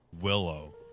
Willow